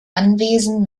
anwesen